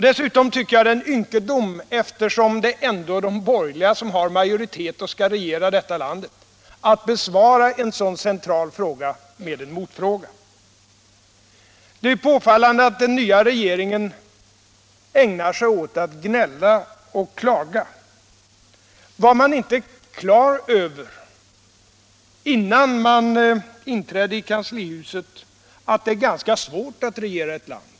Dessutom tycker jag det är en ynkedom — eftersom det ju ändå är de borgerliga som har majoritet och skall regera det här landet — att besvara en sådan central fråga med en motfråga. Det är påfallande att den nya regeringen ägnar sig åt att gnälla och klaga. Var ni inte på det klara med, innan ni inträdde i kanslihuset, att det är ganska svårt att regera ett land?